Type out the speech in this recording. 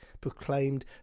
proclaimed